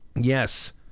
Yes